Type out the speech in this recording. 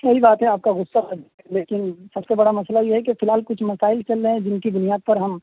صحیح بات ہے آپ کا غصہ لیکن سب سے بڑا مسئلہ یہ ہے کہ فی الحال کچھ مسائل چل رہے ہیں جن کی بنیاد پر ہم